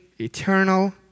eternal